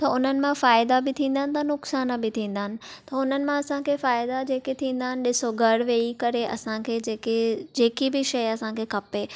त उन्हनि मां फ़ाइदा बि थींदा आहिनि त नुक़सान बि थींदा आहिनि त हुननि में असां खे फ़ाइदा जेके थींदा आहिनि ॾिसो घरि वेई करे असां खे जेके जेकी बि शइ असां खे खपे